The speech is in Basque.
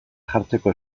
jartzeko